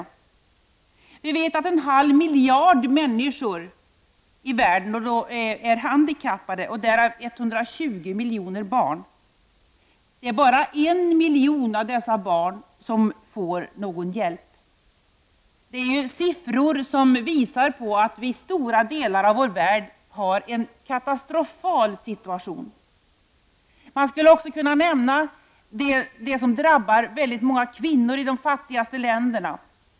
Vi vet att en halv miljard människor i världen är handikappade, av dessa 120 miljoner barn. Det är bara en miljon av dessa barn som får någon hjälp. Detta är siffror som visar på att vi i stora delar av vår värld har en katastrofal situation. Jag skulle också kunna nämna det som drabbar väldigt många kvinnor i de fattiga länderna.